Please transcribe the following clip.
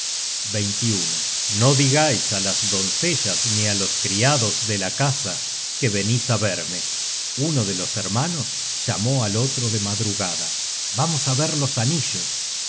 oro no digais á las doncellas ni á los criados de la casa que venís á verme uno de los hermanos llamó al otro de madrugada vamos á ver los anillos